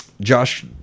Josh